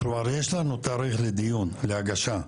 כבר יש לנו תאריך לדיון להגשה.